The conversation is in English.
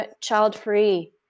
child-free